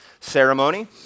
ceremony